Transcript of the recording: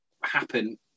happen